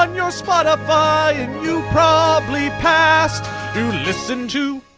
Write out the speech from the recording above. um your spotify and you probably passed you listen to